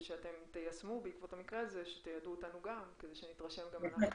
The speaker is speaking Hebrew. שתיישמו בעקבות המקרה הזה כדי שנתרשם גם אנחנו.